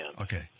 Okay